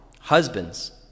Husbands